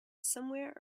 somewhere